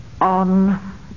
on